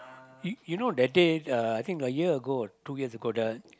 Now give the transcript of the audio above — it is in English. you you know that day uh I think a year ago two years ago the